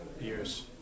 years